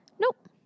Nope